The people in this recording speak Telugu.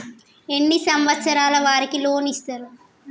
ఎన్ని సంవత్సరాల వారికి లోన్ ఇస్తరు?